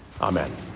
Amen